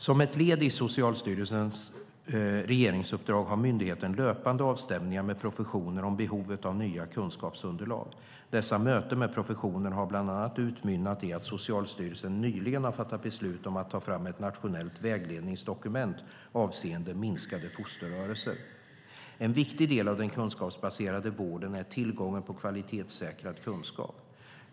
Som ett led i Socialstyrelsens regeringsuppdrag har myndigheten löpande avstämningar med professionen om behovet av nya kunskapsunderlag. Dessa möten med professionen har bland annat utmynnat i att Socialstyrelsen nyligen har fattat beslut om att ta fram ett nationellt vägledningsdokument avseende minskade fosterrörelser. En viktig del av den kunskapsbaserade vården är tillgången på kvalitetssäkrad kunskap.